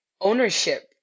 ownership